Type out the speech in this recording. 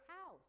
house